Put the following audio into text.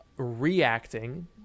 Reacting